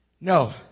No